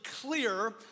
clear